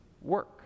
work